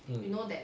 mm